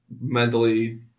mentally